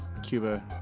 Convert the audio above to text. Cuba